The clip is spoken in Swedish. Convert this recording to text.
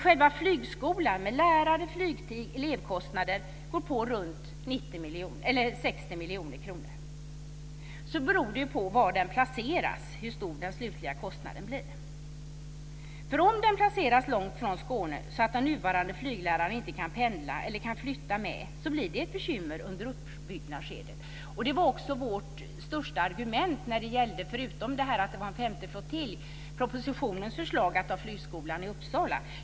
Själva flygskolan, med lärare, flygtid och elevkostnader går på runt 60 miljoner kronor. Hur stor den slutliga kostnaden blir beror på var den placeras. Om den placeras långt från Skåne, så att de nuvarande flyglärarna inte kan pendla eller flytta med, blir det ett bekymmer under uppbyggnadsskedet. Det var också vårt viktigaste argument, förutom det vi har sagt om en femte flottilj, mot propositionens förslag att ha flygskolan i Uppsala.